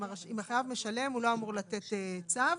אם החייב משלם הוא לא אמור לתת צו,